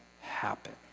happen